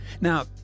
now